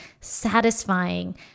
satisfying